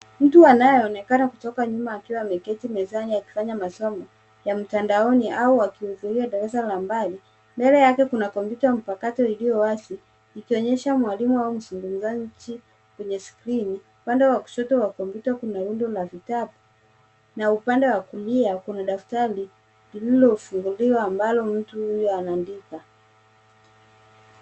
Mtu anayeonekana kutoka nyuma akiwa ameketi mezani akifanya masomo ya mtandaoni au wakihudhuria darasa la mbali. Mbele yake kuna kompyuta mpakato iliyo wazi ikionyesha mwalimu au mzungumzaji kwenye skrini. Upande wa kushoto wa kompyuta kuna rundo la vitabu na upande wa kulia kuna daftari lililofunguliwa ambalo mtu huyu anaandika.